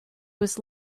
was